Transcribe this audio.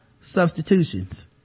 substitutions